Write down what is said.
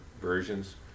versions